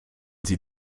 sie